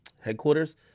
headquarters